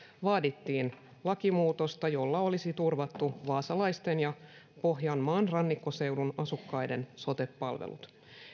vaadittiin lakimuutosta jolla olisi turvattu vaasalaisten ja pohjanmaan rannikkoseudun asukkaiden sote palvelut